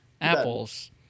apples